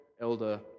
elder